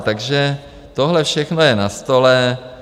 Takže tohle všechno je na stole.